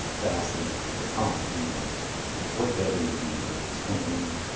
to ask them for comment. you know like what? that ended. you do have this company.